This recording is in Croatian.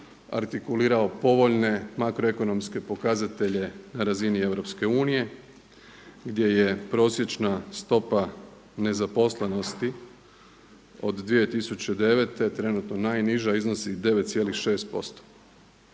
artikulirao povoljne makroekonomske pokazatelje na razini EU, gdje je prosječna stopa nezaposlenosti od 2009. trenutno najniža, iznosi 9,6%.